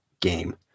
game